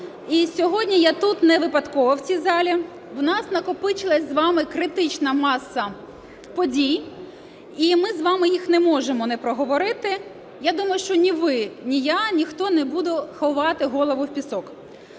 І сьогодні я тут невипадково в цій залі. В нас накопичилась з вами критична маса подій, і ми з вами їх не можемо не проговорити. Я думаю, що ні ви, ні я, ніхто не буде ховати голову в пісок.